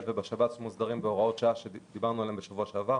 ובשב"ס שמוסדרים בהורות שעה שנדונו כאן בשבוע שעבר